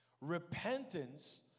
repentance